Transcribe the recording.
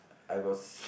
I was